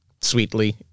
sweetly